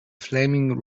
flaming